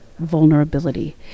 vulnerability